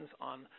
on